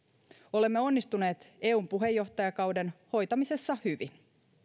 olemme onnistuneet eun puheenjohtajakauden hoitamisessa hyvin